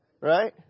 right